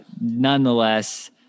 nonetheless